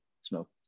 smoke